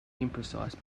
imprecise